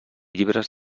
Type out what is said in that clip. llibres